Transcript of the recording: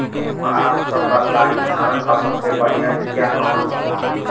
रउआ आप सब बताई धान क सबसे बढ़ियां बिया कवन होला?